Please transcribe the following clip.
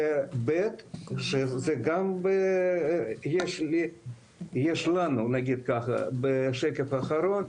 ב' שגם יש לנו, נגיד ככה, בשקף האחרון,